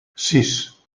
sis